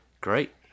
great